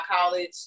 college